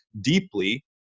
deeply